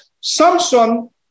Samson